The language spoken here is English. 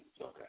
Okay